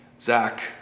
Zach